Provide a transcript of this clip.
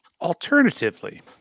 Alternatively